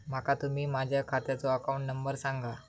माका तुम्ही माझ्या खात्याचो अकाउंट नंबर सांगा?